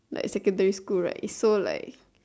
like secondary school right it's so like